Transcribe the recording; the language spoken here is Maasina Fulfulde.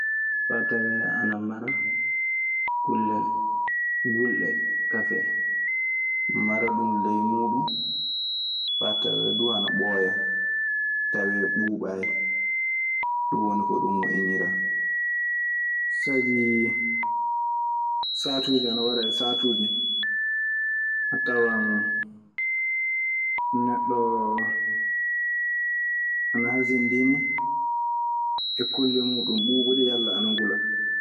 Faa tawee ana mara kulle gulɗe, kafe en. Mara ɗun ley muuɗun faa tawee du ana ɓooya tawee ɓuuɓaayi. Ɗun woni ko ɗun moƴƴiniraa. Sabi saatuuje ana wara e saatuuje a tawan neɗɗoo ana hasinndini e kulle muuɗun ɓuuɓol yalla ana ngula.